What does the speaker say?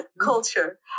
culture